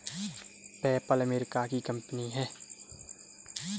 PayPal America की company है